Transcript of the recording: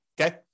okay